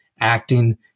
acting